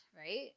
right